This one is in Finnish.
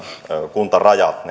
kuntarajat